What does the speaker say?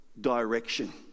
direction